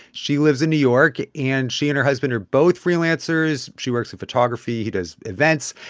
she lives in new york, and she and her husband are both freelancers. she works in photography. he does events.